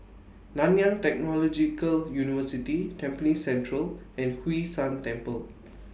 Nanyang Technological University Tampines Central and Hwee San Temple